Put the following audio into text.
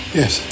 yes